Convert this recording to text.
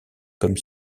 comme